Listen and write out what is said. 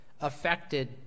affected